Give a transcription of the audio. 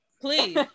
Please